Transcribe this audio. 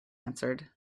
answered